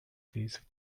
these